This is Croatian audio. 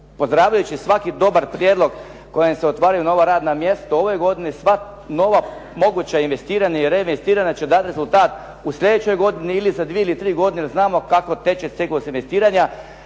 Pozdravljajući svaki dobar prijedlog kojem se otvaraju nova radna mjesta, ove godine sva nova investiranja i reinvestiranja će dati rezultat u sljedećoj godini ili za 2 ili 3 godine jer znamo kako teče ciklus investiranja